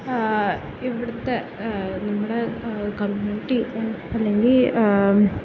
ഇവിടുത്തെ നമ്മുടെ കമ്മ്യൂണിറ്റി അല്ലെങ്കിൽ